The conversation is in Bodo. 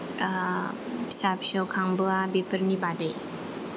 ओ फिसा फिसौ खांबोआ बेफोरनि बागै